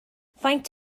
faint